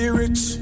rich